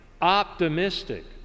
optimistic